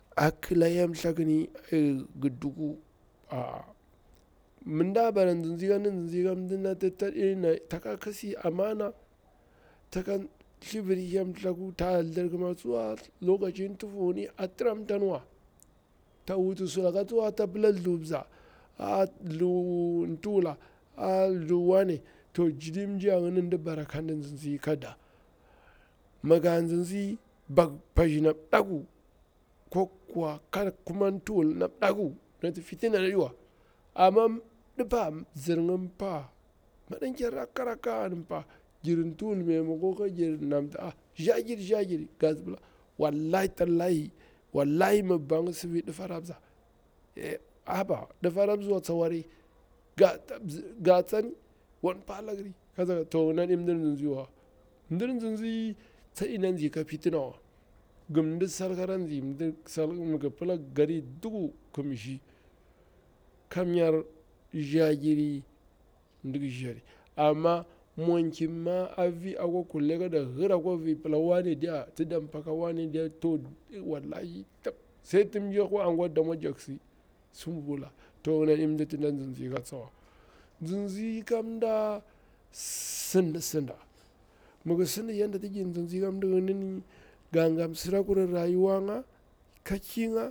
Akila hyelm thakuni gi duku ah mmindabara nzizi kandi nzizi kamdinati ta e na ta ka kisi amana taka thivir hyelku ta dirkima tsuwa lokacin ntufunyinni attiramta niwa ta wutu sulaka tsuwa tapila dthu bza dthu ntuwula dthu wane to jili mjiya yini ndi bara kandi nzinzi ka da mi ga nzinzi bak bashi nap daku ko kuwa ka ntuwul nap daku nati fitina diwa ama dipa bzirnga pa madankir rakka rakka an pa girn ntuwul memakon kagir namti a shagir shagir gasi pila wallahi tallahi wallahi mibbangi sifi difar apza ah haba difara pzinwa tsa wari ga ga wan palagiri kaza kaza to yini adi mdir zinziwa mdir nzinzi tsa i nazi ka fitinawa gim ndisal karanzi mdi salirng mi gi pila garid duku kimshi kamyar shagiri mdiki shari ama mwonki ma afi akwa kulle kada yira akwa pila wane diya tidam pa kawane diya to wallahi tap sai ti mji kwa anguwa damwo jassi sin mbula to yini tsadi mdinati ndan nzizi ka tsawa nzinzi kam mda sind sinda migi sindi yanda tigin nzizi kamdiyini gangam msirakurur rayuwanga ka ki nga.